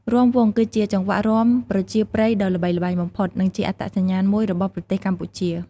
រាំវង់ គឺជាចង្វាក់រាំប្រជាប្រិយដ៏ល្បីល្បាញបំផុត និងជាអត្តសញ្ញាណមួយរបស់ប្រទេសកម្ពុជា។